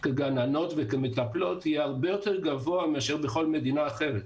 כגננות וכמטפלות יהיה הרבה יותר גבוה מאשר בכל מדינה אחרת.